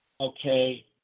okay